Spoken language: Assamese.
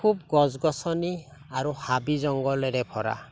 খুব গছ গছনি আৰু হাবি জংঘলেৰে ভৰা